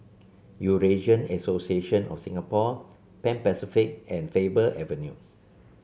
Eurasian Association of Singapore Pan Pacific and Faber Avenue